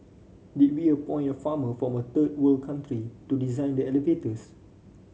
did we appoint a farmer from a third world country to design the elevators